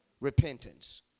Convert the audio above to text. repentance